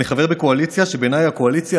אני חבר בקואליציה שבעיניי היא הקואליציה